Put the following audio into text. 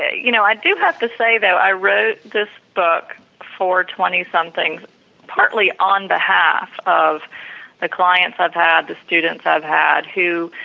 ah you know, i do have to say that i wrote this book for twenty somethings partly on behalf of the clients i've had, the students i've had who,